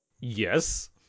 Yes